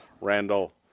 Randall